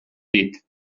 dit